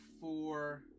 four